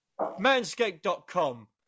Manscaped.com